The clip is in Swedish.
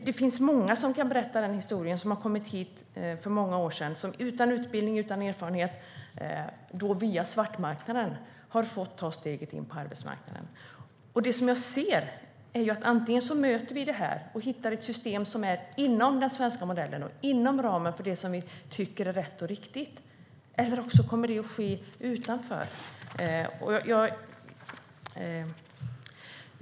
Det finns många som kan berätta den historien, som har kommit hit för många år sedan utan utbildning och erfarenhet och via svartmarknaden fått ta steget in på arbetsmarknaden. Det som jag ser är att antingen möter vi det här och hittar ett system som är inom den svenska modellen och inom ramen för det som vi tycker är rätt och riktigt, eller också kommer det att ske utanför.